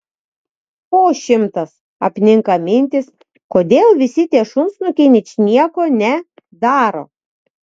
po šimtas apninka mintys kodėl visi tie šunsnukiai ničnieko ne daro